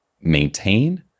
maintain